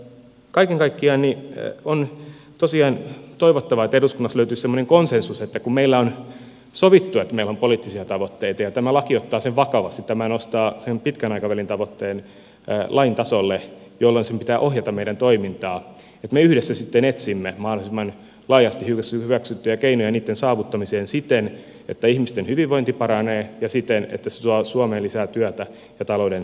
kaiken kaikkiaan on tosiaan toivottavaa että eduskunnassa löytyisi semmoinen konsensus että kun meillä on sovittu että meillä on poliittisia tavoitteita ja tämä laki ottaa sen vakavasti tämä nostaa sen pitkän aikavälin tavoitteen lain tasolle jolloin sen pitää ohjata meidän toimintaamme niin me yhdessä sitten etsimme mahdollisimman laajasti hyväksyttyjä keinoja niitten saavuttamiseen siten että ihmisten hyvinvointi paranee ja siten että se saa suomeen lisää työtä ja talouden menestystä